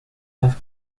las